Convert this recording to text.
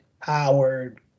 howard